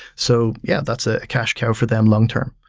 so yeah, that's a cash care for them long-term.